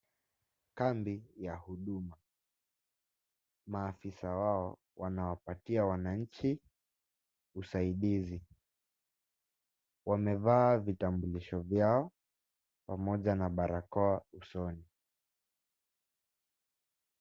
Kambi ya huduma, maafisa wao wanawapatia wananchi usaidizi. Wamevaa vitambulisho vyao pamoja na barakoa usoni.